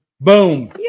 boom